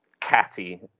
catty